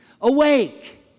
awake